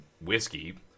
whiskey